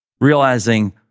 realizing